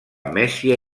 mèsia